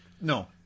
No